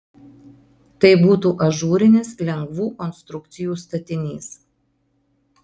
tai būtų ažūrinis lengvų konstrukcijų statinys